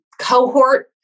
cohort